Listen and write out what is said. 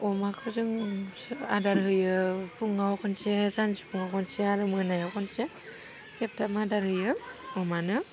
अमाखौ जों आदार होयो फुङाव खनसे सानजौफुआव खनसे आरो मोनायाव खनसे खेबथाम आदार होयो अमानो